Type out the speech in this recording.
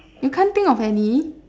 you can't think of any